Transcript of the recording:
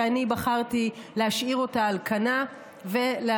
ואני בחרתי להשאיר אותה על כנה ולהמשיך